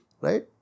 right